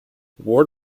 ward